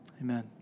Amen